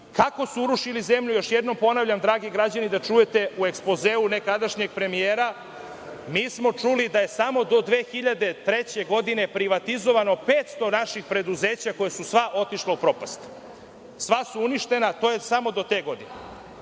kako su urušili zemlju, još jednom ponavljam, dragi građani, da čujete. U ekspozeu nekadašnjeg premijera, mi smo čuli da je samo do 2003. godine privatizovano 500 naših preduzeća koja su sva otišla u propast. Sva su uništena, to je samo do te godine. Prema